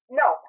no